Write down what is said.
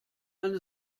eine